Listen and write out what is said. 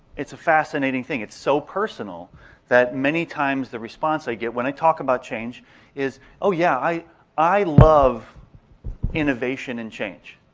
it's a fascinating thing. it's so personal that many times the response i get when i talk about change is, oh yeah, i i love innovation and change.